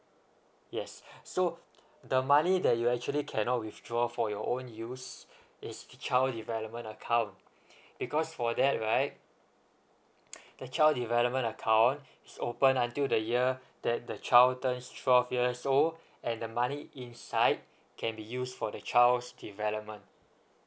yes so the money that you actually cannot withdraw for your own use is child development account because for that right the child development account is open until the year that the child turns twelve years old and the money inside can be used for the child's development